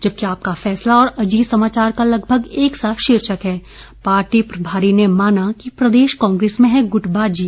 जबकि आपका फैसला और अजीत समाचार का लगभग एक सा शीर्षक है पार्टी प्रभारी ने माना कि प्रदेश कांग्रेस में है गुटबाजी